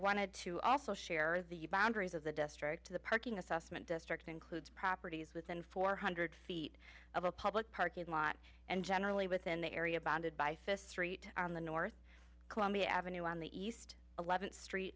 wanted to also share the boundaries of the district to the parking assessment district includes properties within four hundred feet of a public parking lot and generally within the area bounded by fist street on the north columbia avenue on the east eleventh street